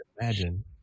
imagine